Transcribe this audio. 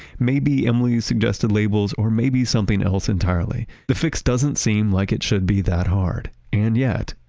maybe emily's suggested labels or maybe something else entirely. the fix doesn't seem like it should be that hard and yet,